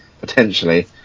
potentially